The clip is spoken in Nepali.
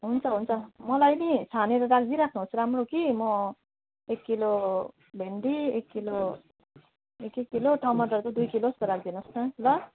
हुन्छ हुन्छ मलाई नि छानेर राखिदिई राख्नुहोस् राम्रो कि म एक किलो भेन्डी एक किलो एक एक किलो टमाटर चाहिँ दुई किलो जस्तो राखिदिनुहोस् न ल